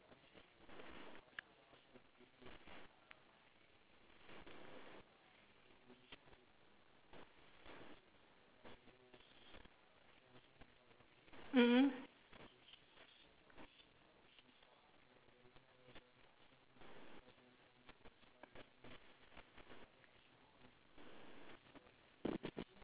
mm mm